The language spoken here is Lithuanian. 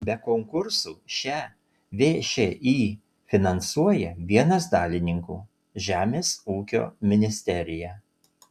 be konkursų šią všį finansuoja vienas dalininkų žemės ūkio ministerija